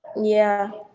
yeah.